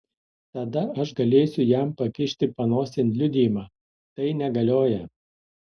tada aš galėsiu jam pakišti panosėn liudijimą tai negalioja